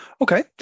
Okay